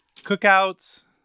cookouts